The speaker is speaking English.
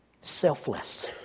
Selfless